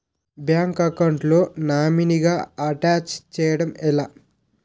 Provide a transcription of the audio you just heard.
Bank account లో నామినీగా attach చేయడం ఎలా?